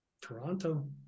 Toronto